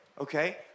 Okay